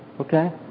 Okay